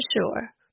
sure